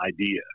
idea